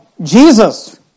Jesus